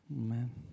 Amen